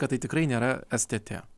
kad tai nėra stt